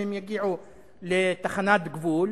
אם הם יגיעו לתחנת גבול,